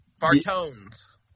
Bartones